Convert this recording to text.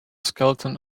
skeleton